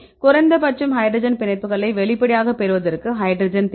குறைந்தபட்சம் ஹைட்ரஜன் பிணைப்புகளைப் வெளிப்படையாக பெறுவதற்கு ஹைட்ரஜன் தேவை